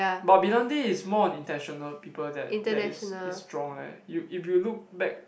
but brillante is more on intentional people that that is is strong leh you if if you look back